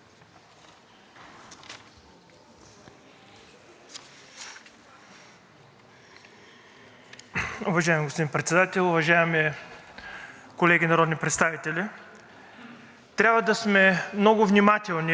Уважаеми господин Председател, уважаеми колеги народни представители! Трябва да сме много внимателни, когато даваме оценки от такова важно значение, касаещо мира и войната,